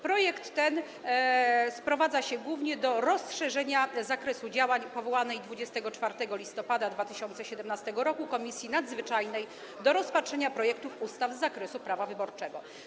Projekt ten sprowadza się głównie do rozszerzenia zakresu działań powołanej 24 listopada 2017 r. Komisji Nadzwyczajnej do rozpatrzenia projektów ustaw z zakresu prawa wyborczego.